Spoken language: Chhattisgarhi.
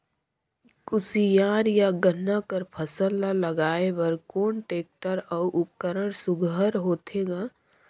कोशियार या गन्ना कर फसल ल लगाय बर कोन टेक्टर अउ उपकरण सुघ्घर होथे ग?